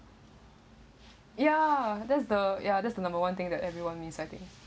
ya that's the ya that's the number one thing that everyone miss I think